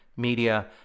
media